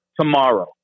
tomorrow